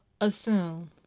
assume